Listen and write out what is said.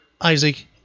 Isaac